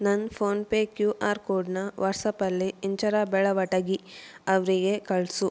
ನನ್ನ PhonePe Q R ಕೋಡ್ನ ವಾಟ್ಸಾಪಲ್ಲಿ ಇಂಚರ ಬೆಳವಟಗಿ ಅವರಿಗೆ ಕಳಿಸು